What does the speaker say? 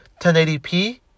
1080p